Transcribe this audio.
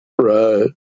Right